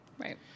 Right